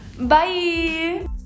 Bye